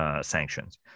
sanctions